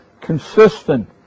consistent